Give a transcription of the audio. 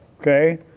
Okay